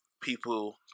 people